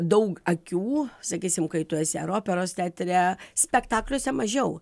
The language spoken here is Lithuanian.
daug akių sakysim kai tu esi ar operos teatre spektakliuose mažiau